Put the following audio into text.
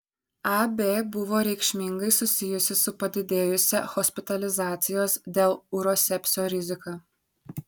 ab buvo reikšmingai susijusi su padidėjusia hospitalizacijos dėl urosepsio rizika